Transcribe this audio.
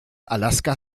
alaska